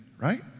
right